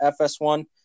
FS1